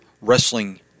wrestling